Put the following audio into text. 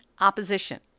opposition